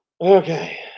Okay